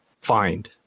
find